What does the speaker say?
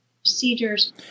procedures